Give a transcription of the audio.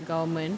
government